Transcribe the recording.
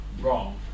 wrong